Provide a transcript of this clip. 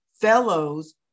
fellows